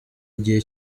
igihe